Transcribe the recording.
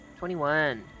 21